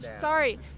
sorry